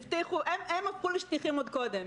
הם הפכו לשטיחים עוד קודם.